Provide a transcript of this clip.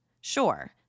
Sure